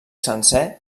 sencer